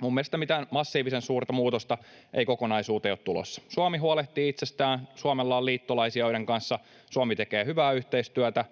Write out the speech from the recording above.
minun mielestäni mitään massiivisen suurta muutosta ei kokonaisuuteen ole tulossa. Suomi huolehtii itsestään. Suomella on liittolaisia, joiden kanssa Suomi tekee hyvää yhteistyötä.